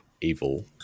evil